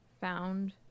found